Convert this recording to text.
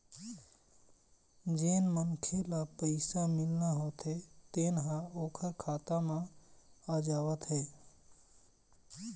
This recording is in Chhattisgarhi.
जेन मनखे ल पइसा मिलना होथे तेन ह ओखर खाता म आ जावत हे